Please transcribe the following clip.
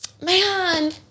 man